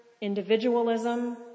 individualism